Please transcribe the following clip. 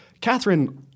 Catherine